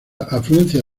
afluencia